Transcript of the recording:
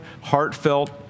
heartfelt